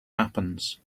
happens